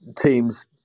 Teams